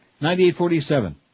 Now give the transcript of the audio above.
Ninety-eight-forty-seven